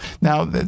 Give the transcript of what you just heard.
Now